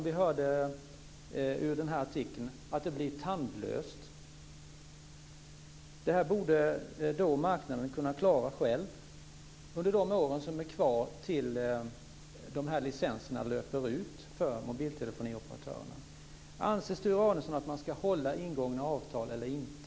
Vi hörde att man skrev i artikeln att det blir tandlöst. Detta borde marknaden kunna klara själv under de år som är kvar till dess att licenserna löper ut för mobiltelefonioperatörerna. Anser Sture Arnesson att man ska hålla ingångna avtal eller inte?